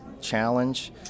challenge